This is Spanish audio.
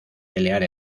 pelear